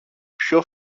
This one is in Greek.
πιο